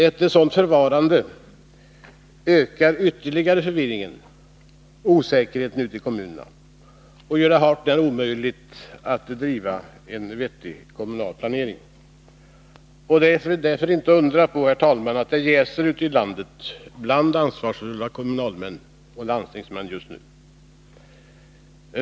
Ett sådant förfarande ökar ytterligare förvirringen och osäkerheten ute i kommunerna och gör det hart när omöjligt för dem att bedriva en vettig kommunal planering. Det är därför inte att undra på, herr talman, att det just nu jäser ute i landet bland ansvarsfulla kommunalmän och landstingsmän.